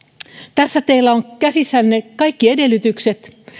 tässä teillä on käsissänne kaikki edellytykset